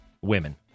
women